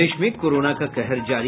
प्रदेश में कोरोना का कहर जारी